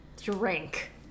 Drink